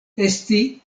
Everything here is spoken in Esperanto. esti